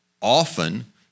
often